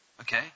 Okay